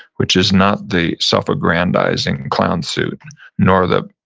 which is not the self aggrandizing clown suit nor the,